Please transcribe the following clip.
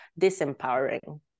disempowering